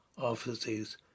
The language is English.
offices